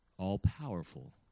all-powerful